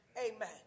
amen